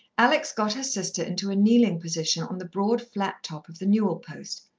alex got her sister into a kneeling position on the broad flat top of the newel post.